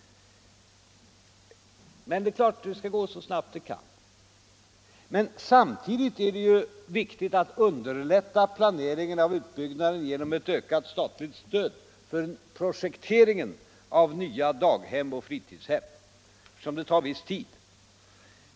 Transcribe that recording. Men det är klart att det skall gå så snabbt som möjligt. Samtidigt är det emellertid viktigt att underlätta planeringen av utbyggnaden genom ett ökat statligt stöd till projekteringen av nya daghem och fritidshem, eftersom det tar viss tid.